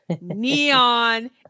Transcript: neon